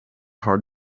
hard